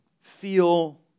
feel